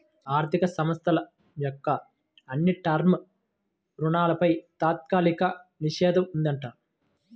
ఆర్ధిక సంస్థల యొక్క అన్ని టర్మ్ రుణాలపై తాత్కాలిక నిషేధం ఉందంట